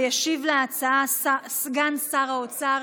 ישיב על ההצעה סגן שר האוצר